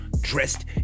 dressed